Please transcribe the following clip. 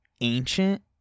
ancient